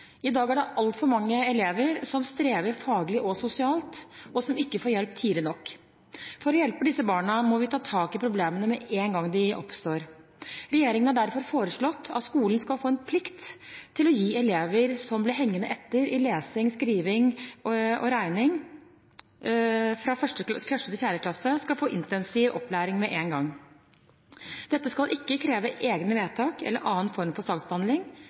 I dag er det altfor mange elever som strever faglig og sosialt, og som ikke får hjelp tidlig nok. For å hjelpe disse barna må vi ta tak i problemene med en gang de oppstår. Regjeringen har derfor foreslått at skolen skal få en plikt til å gi elever som blir hengende etter i lesing, skriving og regning fra 1. til 4. klasse, intensiv opplæring med en gang. Dette skal ikke kreve egne vedtak eller annen form for saksbehandling.